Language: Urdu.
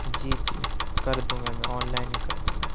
جی جی کر دوں گا میں آن لائن ہی کردوں گا